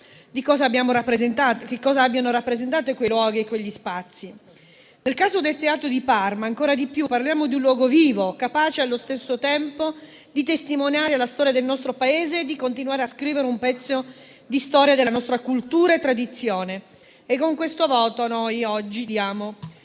di cosa abbiano rappresentato quei luoghi e quegli spazi. Nel caso del Teatro di Parma ciò vale ancor di più; parliamo di un luogo vivo, capace allo stesso tempo di testimoniare la storia del nostro Paese e di continuare a scrivere un pezzo di storia della nostra cultura e tradizione. Con questo voto noi oggi diamo